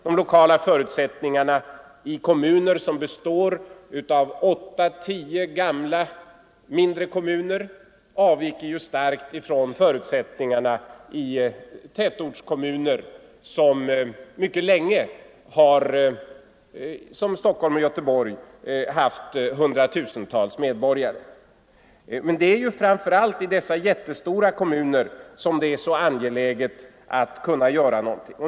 De lokala förutsättningarna i kommuner som består av åtta till tio gamla, mindre kommuner avviker ju starkt från förutsättningarna i tätortskom muner som Stockholm och Göteborg, vilka mycket länge har haft flera hundra tusen medborgare. Men det är framför allt i dessa jättestora kom muner som det är så angeläget att kunna göra någonting.